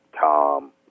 Tom